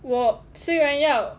我虽然要